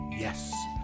Yes